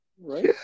right